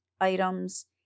items